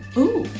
ooh,